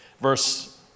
Verse